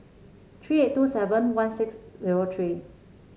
three eight two seven one six zero three